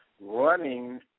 running